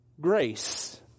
grace